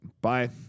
Bye